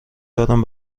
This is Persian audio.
دارم